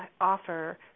offer